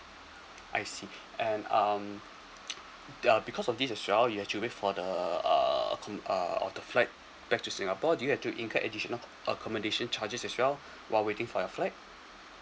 I see and um uh because of this as well you had to wait for the uh accom~ uh or the flight back to singapore do you have to incur additional accommodation charges as well while waiting for your flight